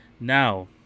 Now